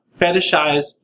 fetishize